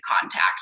contact